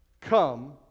come